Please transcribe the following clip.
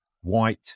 white